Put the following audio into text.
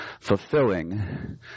fulfilling